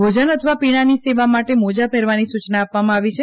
ભોજન અથવા પીણાની સેવા માટે મોજા પહેરવાની સૂચના આપવામાં આવી છે